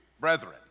brethren